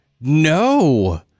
No